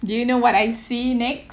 do you know what I see next